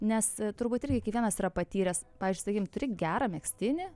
nes turbūt irgi kiekvienas yra patyręs pavyzdžiui sakykim turi gerą megztinį